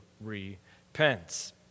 repents